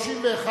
עניין,